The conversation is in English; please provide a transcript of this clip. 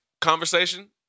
conversation